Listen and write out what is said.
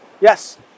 Yes